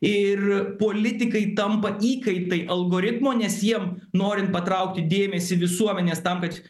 ir politikai tampa įkaitai algoritmo nes jiem norint patraukti dėmesį visuomenės tam kad